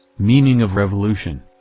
meaning of revolution.